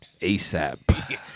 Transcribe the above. ASAP